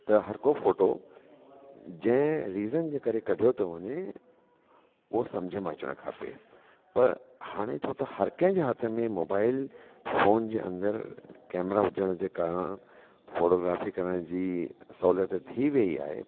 त हर को फ़ोटो जंहिं रीजन सां कढियो थो वञे उहा सम्झि में अचणु खपे पर हाणे छो त हर कंहिंजें हथ में मोबाइल फ़ोन जे अंदरि कैमरा हुजण जे कारण फ़ोटोग्राफ़ी करण जी सहूलियत थी वयी आहे